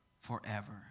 forever